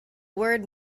word